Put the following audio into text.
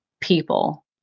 people